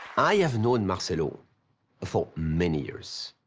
i have known marcelo for many years.